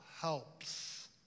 helps